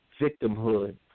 victimhood